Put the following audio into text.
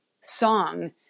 song